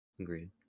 Agreed